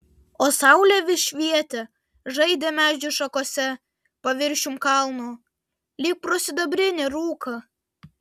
o saulė vis švietė žaidė medžių šakose paviršium kalno lyg pro sidabrinį rūką